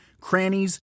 crannies